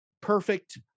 perfect